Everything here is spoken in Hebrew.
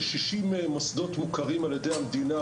כ-60 מוסדות מוכרים על ידי המדינה,